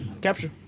capture